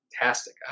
fantastic